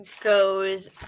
goes